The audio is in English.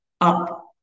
up